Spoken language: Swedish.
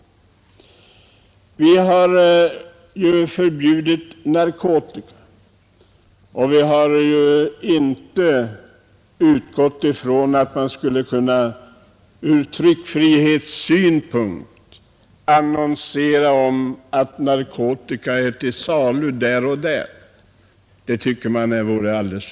Vi har ju förbjudit narkotika, och vi har även utgått från att det inte är förenligt med tryckfriheten att annonsera om var narkotika finns till salu. Det har ansetts vara alltför ansvarslöst.